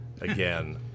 again